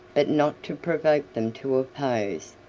but not to provoke them to oppose,